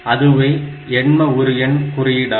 அதுவே எண்ம உரு எண் குறியீடாகும்